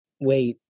wait